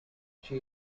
she